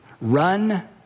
run